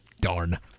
Darn